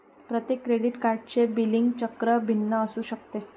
प्रत्येक क्रेडिट कार्डचे बिलिंग चक्र भिन्न असू शकते